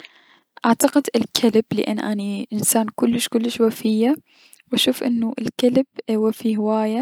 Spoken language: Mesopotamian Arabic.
اعتقد الكلب لأن اني انشانة كلش كلش وفية و اشوف انو اي- الكلي وفي هواية.